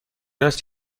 است